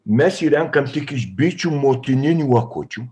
mes jį renkam tik iš bičių motininių akučių